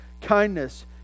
kindness